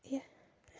ꯑꯦ